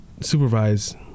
supervise